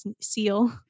seal